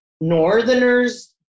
Northerners